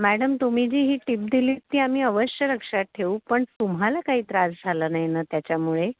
madam तुम्ही जी ही टिप दिलीत ती आम्ही अवश्य लक्षात ठेवू पण तुम्हाला काही त्रास झाला नाही ना त्याच्यामुळे